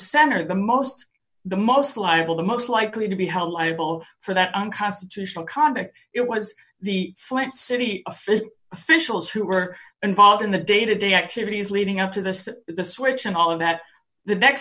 center of the most the most liable the most likely to be held liable for that unconstitutional conduct it was the flint city official officials who were involved in the day to day activities leading up to this at the switch and all of that the next